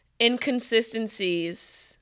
inconsistencies